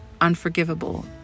unforgivable